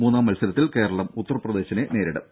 മൂന്നാം മത്സരത്തിൽ കേരളം ഉത്തർപ്രദേശിനെ നേരിടും